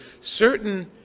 certain